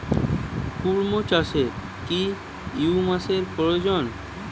কুড়মো চাষে কত হিউমাসের প্রয়োজন?